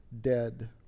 dead